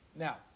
Now